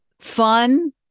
fun